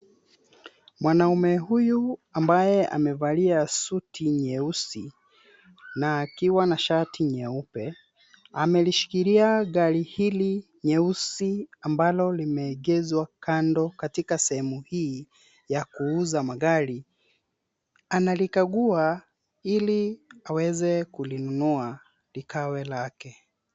Mwanaume huyu, ambaye amevalia suti nyeusi na akiwa na shati nyeupe, amelishikilia gari hili nyeusi ambalo limeegeshwa kando katika sehemu hii ya kuuza magari, analikagua ili aweze kulinunua likawe lake.